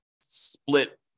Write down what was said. split